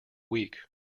week